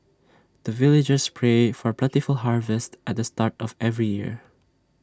the villagers pray for plentiful harvest at the start of every year